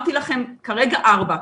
אמרתי לכם כרגע ארבע,